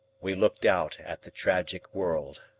we looked out at the tragic world.